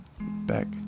back